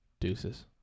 deuces